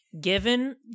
given